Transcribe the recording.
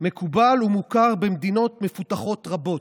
מקובל ומוכר במדינות מפותחות רבות,